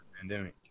Pandemic